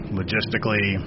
logistically